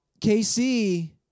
KC